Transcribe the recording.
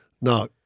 No